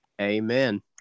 amen